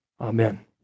Amen